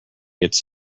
its